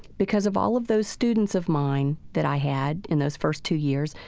because of all of those students of mine that i had in those first two years,